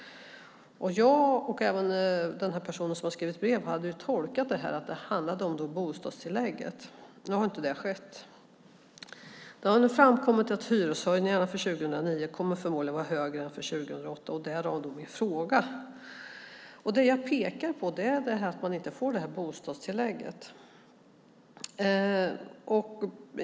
Jag och även den person som har skrivit brev har tolkat det här så att det handlade om bostadstillägget. Nu har inte det här skett. Det har nu framkommit att hyreshöjningarna för 2009 förmodligen kommer att vara högre än för 2008, och därav min fråga. Det jag pekar på är att man inte får det här bostadstillägget.